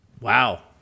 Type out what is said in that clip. Wow